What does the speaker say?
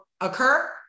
occur